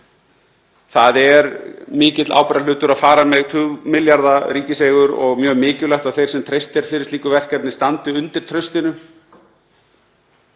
Það er mikill ábyrgðarhluti að fara með tugmilljarða ríkiseigur og mjög mikilvægt að þeim sem treyst er fyrir slíku verkefni standi undir traustinu.